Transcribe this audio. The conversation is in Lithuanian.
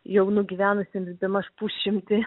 jau nugyvenusiems bemaž pusšimtį